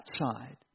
outside